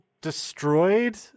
destroyed